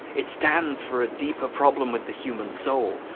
it stands for a deeper problem with the human soul,